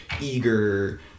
eager